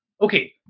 Okay